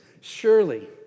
Surely